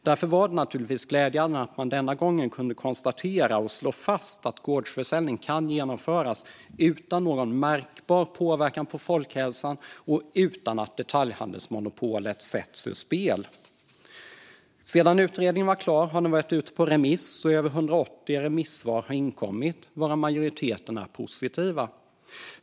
Därför var det naturligtvis glädjande att man denna gång kunde slå fast att gårdsförsäljning kan genomföras utan någon märkbar påverkan på folkhälsan och utan att detaljhandelsmonopolet sätts ur spel. Sedan utredningen blev klar har den varit ute på remiss, och över 180 remissvar har inkommit varav majoriteten är positiva.